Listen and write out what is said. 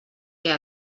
què